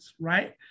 right